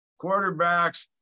quarterbacks